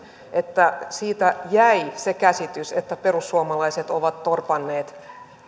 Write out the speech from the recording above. että siitä jäi se käsitys että perussuomalaiset ovat torpanneet